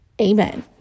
Amen